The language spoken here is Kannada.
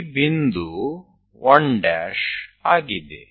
ಈ ಬಿಂದು 1' ಆಗಿದೆ